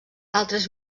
altres